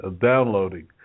downloading